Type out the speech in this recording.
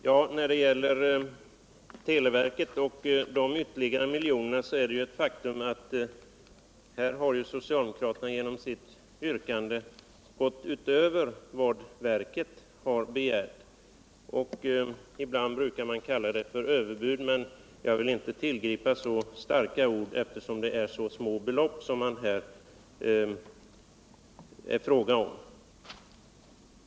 Herr talman! När det gäller de ytterligare miljonerna till televerket är det ett faktum att socialdemokraterna genom sitt yrkande gått utöver vad verket har begärt. Ibland brukar man kalla det för överbud, men jag vill inte tillgripa ett så starkt ord, eftersom det är fråga om så små belopp.